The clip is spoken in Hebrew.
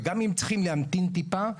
וגם אם צריכים להמתין טיפה,